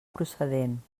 procedent